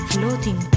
Floating